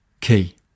Key